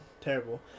Terrible